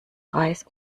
reis